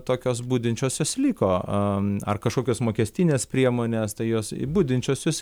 tokios budinčios jos liko ar kažkokios mokestinės priemonės tai jos budinčios jos